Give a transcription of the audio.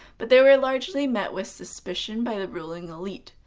but they were largely met with suspicion by the ruling elite.